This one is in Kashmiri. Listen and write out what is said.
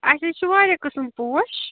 اسہِ حظ چھِ وارِیاہ قٕسم پوش